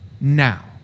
now